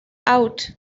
out